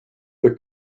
the